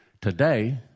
Today